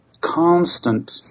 constant